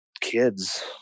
kids